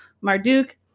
Marduk